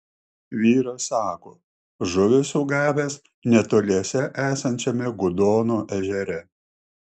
vyras sako žuvį sugavęs netoliese esančiame gudono ežere